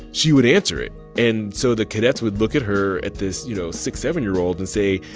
she would answer it and so the cadets would look at her at this, you know, six, seven year old and say,